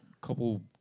couple